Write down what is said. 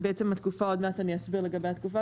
עוד מעט אני אסביר לגבי התקופה,